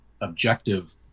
objective